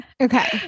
Okay